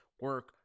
Work